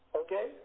okay